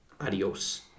Adios